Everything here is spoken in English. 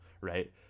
right